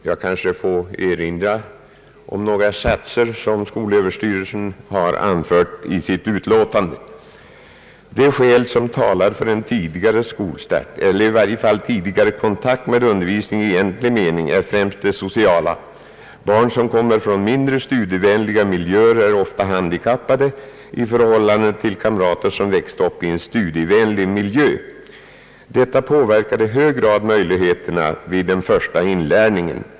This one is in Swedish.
Jag vill erinra om några satser som SÖ har anfört i sitt remissyttrande: »De skäl som talar för en tidigare skolstart eller i varje fall tidigare kontakt med undervisning i egentlig mening är främst de sociala. Barn som kommer från mindre studievänliga miljöer är ofta handikappade i förhållande till kamrater som växt upp i studievänlig miljö. Detta påverkar i hög grad möjligheterna vid den första inlärningen.